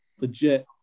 legit